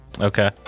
Okay